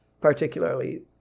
particularly